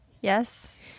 Yes